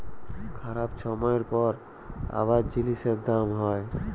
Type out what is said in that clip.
খারাপ ছময়ের পর আবার জিলিসের দাম হ্যয়